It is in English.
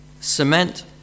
cement